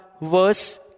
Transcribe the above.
verse